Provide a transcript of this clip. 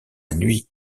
nuit